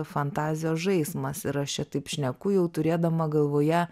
fantazijos žaismas ir aš čia taip šneku jau turėdama galvoje